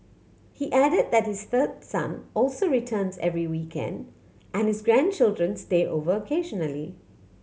he added that his third son also returns every weekend and his grandchildren stay over occasionally